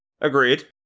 Agreed